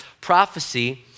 prophecy